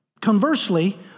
conversely